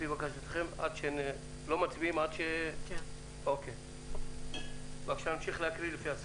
לא מצביעים עד, אוקיי, בבקשה, המשיכי לקרוא.